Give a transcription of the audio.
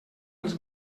els